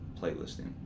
playlisting